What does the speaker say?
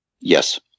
Yes